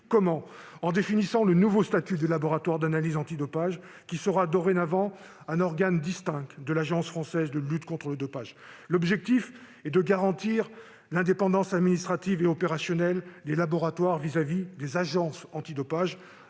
Comment ? En définissant un nouveau statut pour le laboratoire d'analyses antidopage, qui sera dorénavant un organe distinct de l'Agence française de lutte contre le dopage. L'objectif est de garantir l'indépendance administrative et opérationnelle des laboratoires vis-à-vis des agences antidopage.